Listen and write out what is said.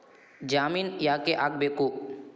ಜಾಮಿನ್ ಯಾಕ್ ಆಗ್ಬೇಕು?